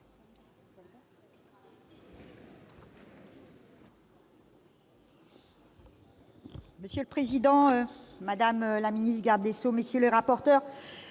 Monsieur le président, madame la garde des sceaux, messieurs les corapporteurs,